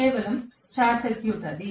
కేవలం short circuit అది